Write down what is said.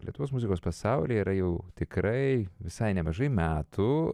lietuvos muzikos pasaulyje yra jau tikrai visai nemažai metų